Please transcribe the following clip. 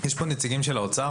נציגי האוצר?